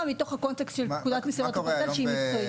מתוך הקונטקסט של פקודת מסילות הברזל שהיא מקצועית.